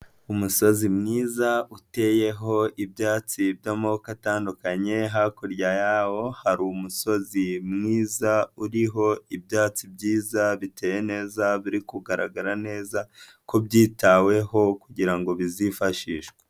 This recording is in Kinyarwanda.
Umusozi mwiza uteyeho ibyatsi by'amoko atandukanye, hakurya ya hari umusozi mwiza, uriho ibyatsi byiza, biteye neza, biri kugaragara neza, ko byitaweho kugira ngo bizifashishwe.